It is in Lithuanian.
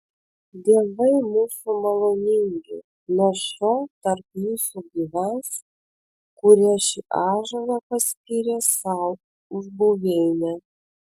dievai mūsų maloningi nuo šiol tarp jūsų gyvens kurie šį ąžuolą paskyrė sau už buveinę